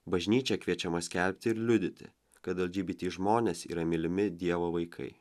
bažnyčia kviečiama skelbti ir liudyti kad lgbt žmonės yra mylimi dievo vaikai